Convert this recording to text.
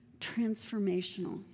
transformational